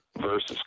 versus